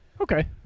Okay